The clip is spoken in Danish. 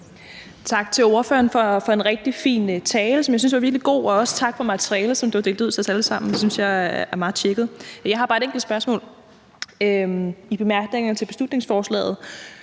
Tak til ordføreren for en rigtig fin tale; jeg synes, den var virkelig god. Og også tak for de materialer, som du har delt ud til os alle sammen – det synes jeg er meget tjekket. Jeg har bare et enkelt spørgsmål. I bemærkningerne til beslutningsforslaget